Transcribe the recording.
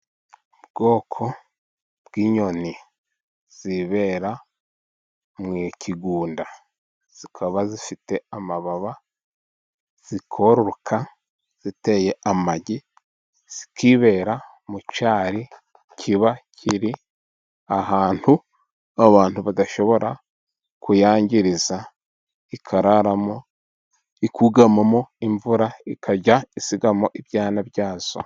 Ubwoko bw'inyoni zibera mu kigunda, zikaba zifite amababa, zikororoka ziteye amagi, zikibera mu cyari kiba kiri ahantu aho abantu badashobora kuyangiriza, ikararamo, ikugamamo imvura, ikajya isigamo ibyana byazo.